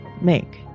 make